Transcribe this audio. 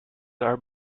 are